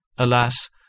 Alas